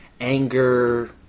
Anger